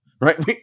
right